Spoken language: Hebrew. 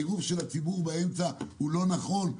העירוב של הציבור באמצע הוא לא נכון,